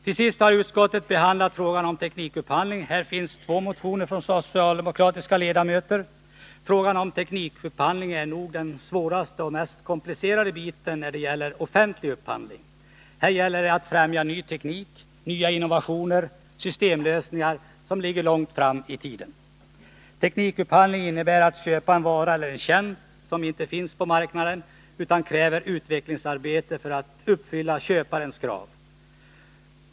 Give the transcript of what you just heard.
Till sist har utskottet behandlat frågan om teknikupphandling. Här finns två motioner från socialdemokratiska ledamöter. Frågan om teknikupphandling är nog den svåraste och mest komplicerade biten när det gäller offentlig upphandling. Här gäller det att främja ny teknik, innovationer och systemlösningar som ligger långt fram i tiden. Teknikupphandling innebär att köpa en vara eller en tjänst som inte finns på marknaden utan kräver utvecklingsarbete för att uppfylla köparens krav.